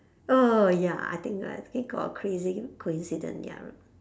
oh ya I think I have came across a crazy coincident ya I remem~